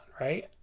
right